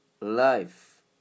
life